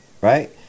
right